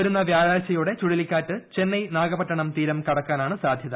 വരുന്ന വ്യാഴാഴ്ചയോടെ ചുഴലിക്കാറ്റ് ചെന്നൈ നാഗപട്ടണം തീരം കടക്കാനാണ് സാധ്യത